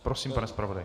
Prosím, pane zpravodaji.